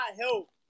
help